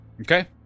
Okay